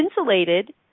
insulated